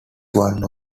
one